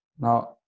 now